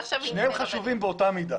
שניהם חשובים באותה מידה.